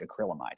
acrylamide